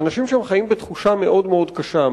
אנשים שם חיים בתחושה מאוד קשה.